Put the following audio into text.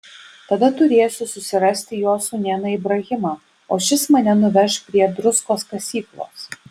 tada turėsiu susirasti jo sūnėną ibrahimą o šis mane nuveš prie druskos kasyklos